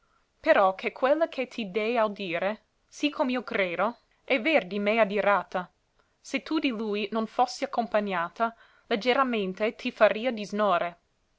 però che quella che ti dee audire sì com'io credo è ver di me adirata se tu di lui non fossi accompagnata leggeramente ti faria disnore